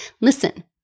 Listen